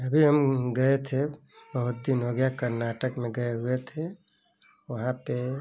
अभी हम गए थे बहुत दिन हो गया कर्नाटक में गए हुए थे वहाँ पर